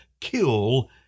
kill